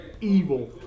evil